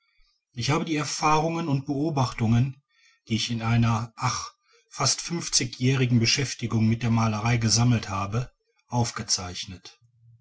ich habe die erfahrungen und beobachtungen die ich in einer ach fast fünfzigjährigen beschäftigung mit der malerei gesammelt habe aufgezeichnet